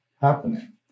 happening